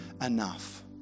enough